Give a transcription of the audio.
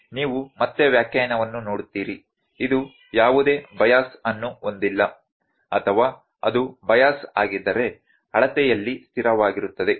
ನೀವು ಮತ್ತೆ ವ್ಯಾಖ್ಯಾನವನ್ನು ನೋಡುತ್ತೀರಿ ಇದು ಯಾವುದೇ ಬೈಯಸ್ ಅನ್ನು ಹೊಂದಿಲ್ಲ ಅಥವಾ ಅದು ಬೈಯಸ್ ಆಗಿದ್ದರೆ ಅಳತೆಯಲ್ಲಿ ಸ್ಥಿರವಾಗಿರುತ್ತದೆ